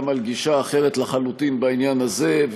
גם על גישה אחרת לחלוטין בעניין הזה,